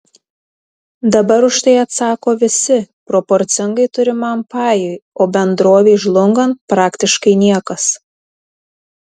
dabar už tai atsako visi proporcingai turimam pajui o bendrovei žlungant praktiškai niekas